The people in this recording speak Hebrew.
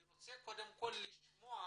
אני רוצה קודם כל לשמוע